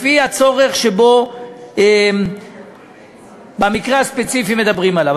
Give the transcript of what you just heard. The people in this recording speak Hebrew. לפי הצורך שבמקרה הספציפי מדברים עליו.